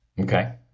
Okay